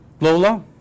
Lola